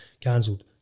cancelled